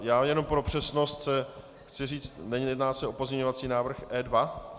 Já jenom pro přesnost chci říct, nejedná se o pozměňovací návrh E2?